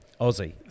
Aussie